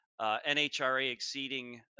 NHRA-exceeding